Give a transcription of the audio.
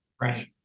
Right